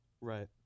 Right